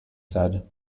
said